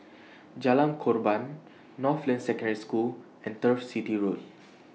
Jalan Korban Northland Secondary School and Turf City Road